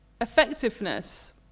effectiveness